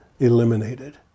eliminated